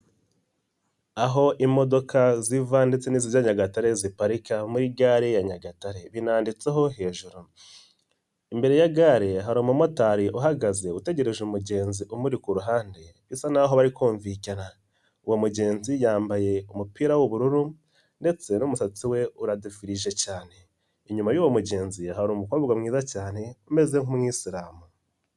Aho imodoka ziva ndetse n'izijya Nyagatare ziparirika muri gare ya Nyagatare binanditseho hejuru imbere ya gare hari umumotari uhagaze utegereje umugenzi umuri ku ruhande bisa nk'aho bari kumvikana uwo mugenzi yambaye umupira w'ubururu ndetse n'umusatsi we uradefirije cyane inyuma y'uwo mugenzi hari umukobwa mwiza cyane umeze nk'umwisiramu.